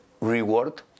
reward